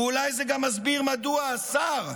ואולי זה גם מסביר מדוע השר,